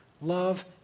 Love